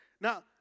Now